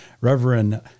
Reverend